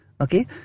Okay